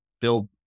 build